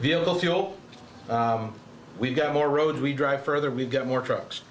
be able to open we've got more roads we drive further we've got more trucks